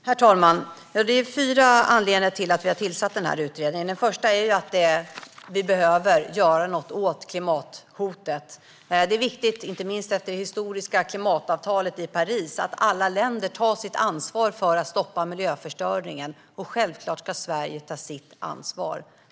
Herr talman! Det finns fyra anledningar till att vi har tillsatt den här utredningen. Den första anledningen är att vi behöver göra någonting åt klimathotet. Det är viktigt, inte minst efter det historiska klimatavtalet i Paris, att alla länder tar sitt ansvar för att stoppa miljöförstöringen. Självklart ska Sverige ta sitt ansvar.